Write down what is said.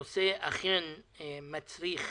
הנושא מצריך